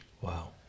Wow